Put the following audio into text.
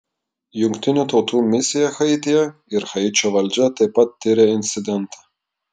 jungtinių tautų misija haityje ir haičio valdžia taip pat tiria incidentą